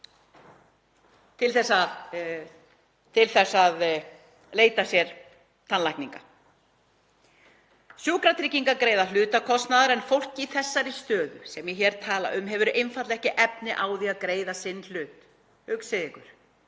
til þess að leita sér tannlækninga. Sjúkratryggingar greiða hluta kostnaðar en fólk í þessari stöðu sem ég hér tala um hefur einfaldlega ekki efni á því að greiða sinn hlut. Hugsið ykkur.